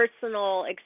personal